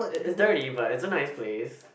it is there already but it's a nice place